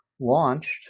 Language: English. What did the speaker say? launched